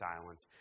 silence